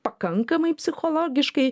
pakankamai psichologiškai